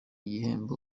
igihembo